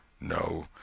No